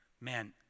man